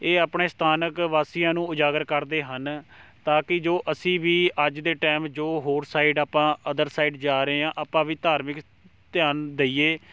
ਇਹ ਆਪਣੇ ਸਥਾਨਕ ਵਾਸੀਆਂ ਨੂੰ ਉਜਾਗਰ ਕਰਦੇ ਹਨ ਤਾਂ ਕਿ ਜੋ ਅਸੀਂ ਵੀ ਅੱਜ ਦੇ ਟਾਈਮ ਜੋ ਹੋਰ ਸਾਈਡ ਆਪਾਂ ਅਦਰ ਸਾਈਡ ਜਾ ਰਹੇ ਹਾਂ ਆਪਾਂ ਵੀ ਧਾਰਮਿਕ ਧਿਆਨ ਦਈਏ